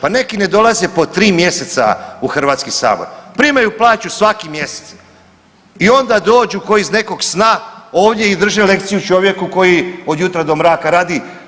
Pa neki ne dolaze po 3 mjeseca u Hrvatski sabor, primaju plaću svaki mjesec i onda dođu ko iz nekog sna ovdje i drže lekciju čovjeku koji od jutra do mraka radi.